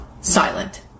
silent